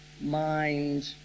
mind